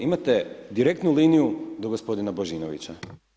Imate direktnu liniju do gospodina Božinovića.